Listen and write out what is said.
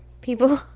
people